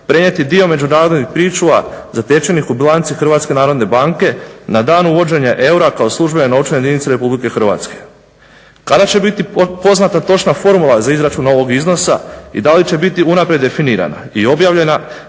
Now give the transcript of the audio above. prenijeti dio međunarodnih pričuva zatečenih u bilanci HNB-a na dan uvođenja eura kao službene novčane jedinice RH". Kada će biti poznata točna formula za izračun ovog iznosa i da li će biti unaprijed definirana i objavljena